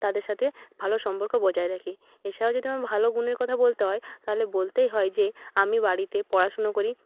তাদের সাথে ভালো সম্পর্ক বজায় রাখি এছাড়াও যদি আমার ভালো গুণের কথা বলতে হয় তাহলে বলতেই হয় যে আমি বাড়িতে পড়াশুনো করি